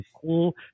cool